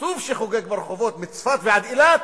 אספסוף שחוגג ברחובות מצפת ועד אילת,